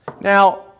Now